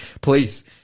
please